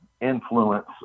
influence